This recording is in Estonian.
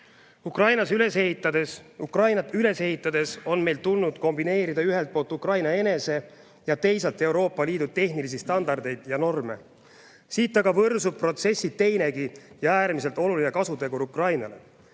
mehhanismi nime. Ukrainat üles ehitades on meil tulnud kombineerida ühelt poolt Ukraina enese ja teisalt Euroopa Liidu tehnilisi standardeid ja norme. Siit aga võrsub protsessi teinegi ja äärmiselt oluline kasutegur Ukrainale: